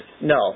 no